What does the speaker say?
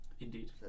indeed